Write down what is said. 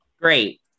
Great